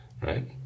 right